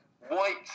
White